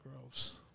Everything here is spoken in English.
gross